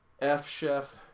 F-Chef